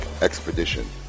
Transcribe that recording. Expedition